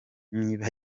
niba